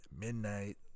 midnight